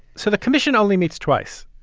so the commission only meets twice